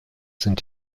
sind